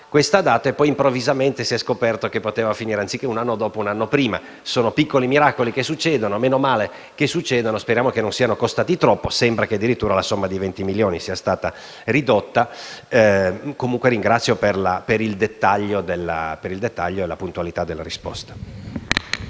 stessa data e poi, improvvisamente, si è scoperto che poteva finire un anno prima. Sono piccoli miracoli che succedono e menomale; speriamo solo che non siano costati troppo (sembra che addirittura la somma di 20 milioni sia stata ridotta). Ringrazio per il dettaglio e la puntualità della risposta.